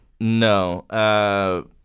No